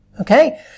Okay